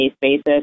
basis